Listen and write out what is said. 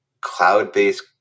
cloud-based